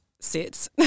sits